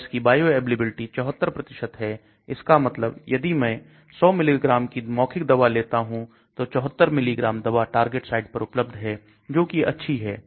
और इसकी बायोअवेलेबिलिटी 74 है इसका मतलब यदि मैं 100 मिलीग्राम की मौखिक दवा लेता हूं तो 74 मिलीग्राम दवा टारगेट साइट पर उपलब्ध है जो कि अच्छी है